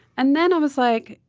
and then i was like,